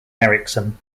ericsson